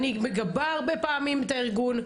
אני מגבה הרבה פעמים את הארגון.